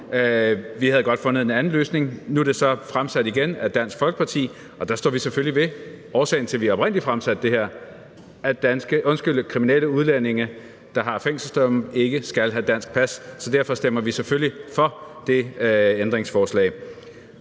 Vi havde godt fundet en anden løsning. Nu er det så fremsat igen af Dansk Folkeparti, og der står vi selvfølgelig ved årsagen til, at vi oprindelig fremsatte det her: at kriminelle udlændinge, der har fængselsdomme, ikke skal have dansk pas. Så derfor stemmer vi selvfølgelig for det ændringsforslag.